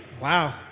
Wow